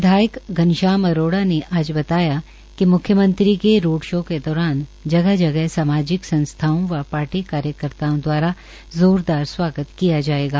विधायक घनश्याम अरोड़ा ने आज बताया कि मुख्यमंत्री के रोड शो के दौरान जगह जगह सामाजिक संस्थाओं व पार्टी कार्यकर्ताओं दवारा जोरदार स्वागत किया जायेगा